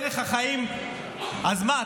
ערך החיים, אז מה?